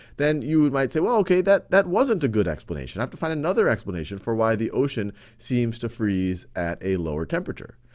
then you might say, well, okay, that that wasn't a good explanation. i have to find another explanation for why the ocean seems to freeze at a lower temperature.